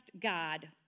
God